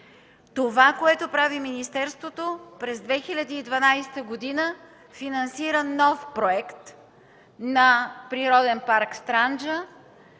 Това, което прави министерството, е, че през 2012 г. финансира нов проект на Природен парк „Странджа”